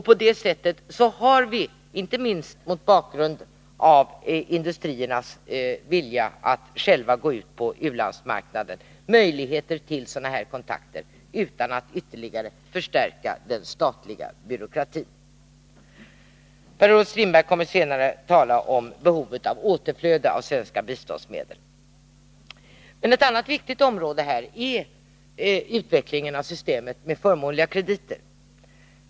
På det sättet har vi inte minst mot bakgrund av industriernas vilja att själva gå ut på u-landsmarknaden möjligheter till kontakter utan att ytterligare förstärka den statliga byråkratin. Per-Olof Strindberg kommer senare att tala om behovet av återflöde av svenska biståndsmedel. Ett annat viktigt område är utvecklingen av systemet med förmånliga krediter.